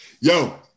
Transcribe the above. yo